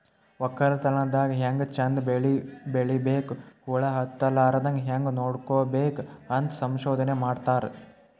ವಕ್ಕಲತನ್ ದಾಗ್ ಹ್ಯಾಂಗ್ ಚಂದ್ ಬೆಳಿ ಬೆಳಿಬೇಕ್, ಹುಳ ಹತ್ತಲಾರದಂಗ್ ಹ್ಯಾಂಗ್ ನೋಡ್ಕೋಬೇಕ್ ಅಂತ್ ಸಂಶೋಧನೆ ಮಾಡ್ತಾರ್